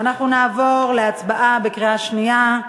אנחנו נעבור להצבעה בקריאה שנייה,